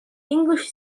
english